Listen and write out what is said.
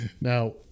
now